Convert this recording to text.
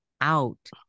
out